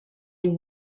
une